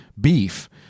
beef